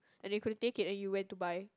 and you could take it and you went to buy